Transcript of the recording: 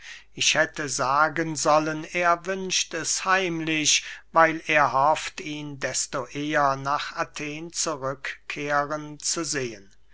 ich hätte sagen sollen er wünscht es heimlich weil er hofft ihn desto eher nach athen zurückkehren zu sehen